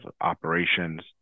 operations